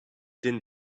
din